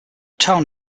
town